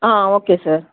okay sir